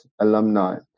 alumni